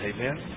Amen